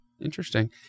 interesting